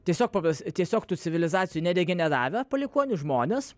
tiesiog pagal tiesiog tų civilizacijų neregeneravę palikuonių žmonės